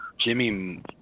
Jimmy